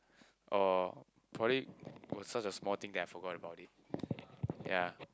or probably it was such a small thing that I forgot about it ya